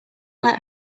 let